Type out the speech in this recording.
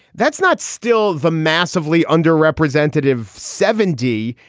that's not still the massively under representative seven d,